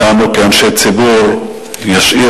לנו, כאנשי ציבור, ישאיר